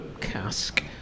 cask